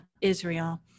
Israel